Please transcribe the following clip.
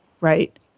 right